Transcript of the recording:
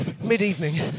mid-evening